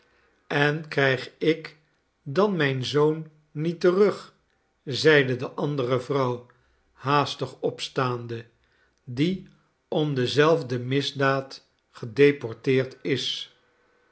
en krijg ik dan mijn zoon niet terug zeide de andere vrouw haastig opstaande die om dezelfde misdaad gedeporteerd is